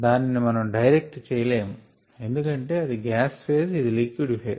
దానిని మనం డైరెక్ట్ చేయలేము ఎందుకంటే అది గ్యాస్ ఫేస్ ఇది లిక్విడ్ ఫేస్